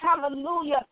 hallelujah